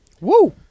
Woo